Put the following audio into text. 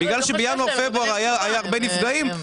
בגלל שבינואר-פברואר היו הרבה נפגעים,